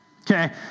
Okay